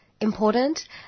important